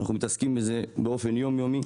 אנחנו מתעסקים בזה באופן יום יומי.